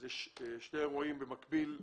יש שני אירועים במקביל,